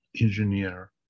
engineer